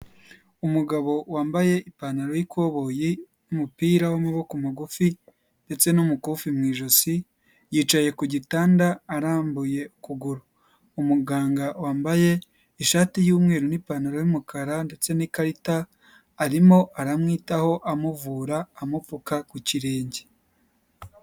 Umugabo wambaye ipantaro y'ikoboyi n'umupira w'amaboko magufi ndetse n'umukufi mu ijosi, yicaye ku gitanda arambuye ukuguru, umuganga wambaye ishati y'umweru n'ipantaro y'umukara ndetse n'ikarita, arimo aramwitaho amuvura amupfuka ku kirenge.